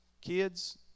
kids